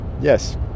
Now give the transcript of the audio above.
Yes